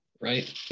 right